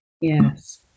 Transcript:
Yes